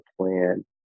plan